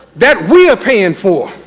that we are paying for.